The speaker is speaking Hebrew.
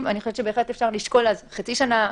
אני חושבת שאפשר לשקול חצי שנה,